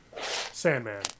Sandman